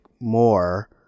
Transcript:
more